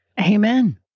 Amen